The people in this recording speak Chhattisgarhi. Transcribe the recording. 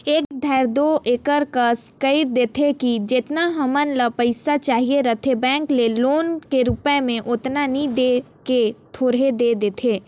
कए धाएर दो एकर कस कइर देथे कि जेतना हमन ल पइसा चाहिए रहथे बेंक ले लोन के रुप म ओतना नी दे के थोरहें दे देथे